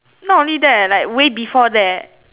not only that like way before that